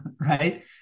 Right